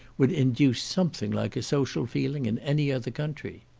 would induce something like a social feeling in any other country.